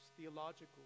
theological